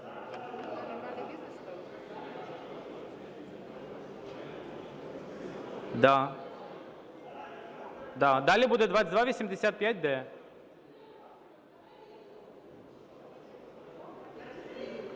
Далі буде 2285-д.